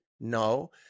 No